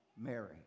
Mary